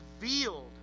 revealed